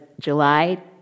July